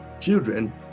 Children